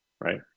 right